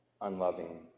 unloving